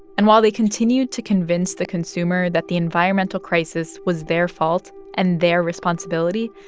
and while they continued to convince the consumer that the environmental crisis was their fault and their responsibility,